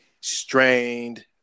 strained